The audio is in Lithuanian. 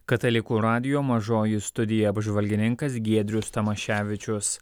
katalikų radijo mažoji studija apžvalgininkas giedrius tamaševičius